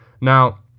Now